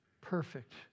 perfect